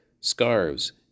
Scarves